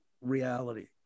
reality